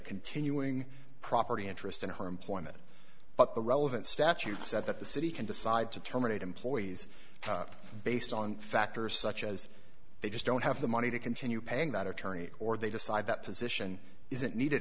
continuing property interest in her employment but the relevant statute said that the city can decide to terminate employees based on factors such as they just don't have the money to continue paying that attorney or they decide that position isn't need